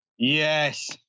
Yes